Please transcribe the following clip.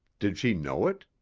did she know it?